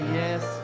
yes